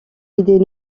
idées